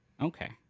Okay